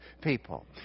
people